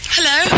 Hello